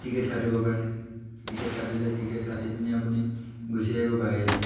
ticket কাটিব পাৰে ticket কাটিলে টিকেট কাটি পিনি আপুনি গুচি আহিব পাৰে ইয়াতে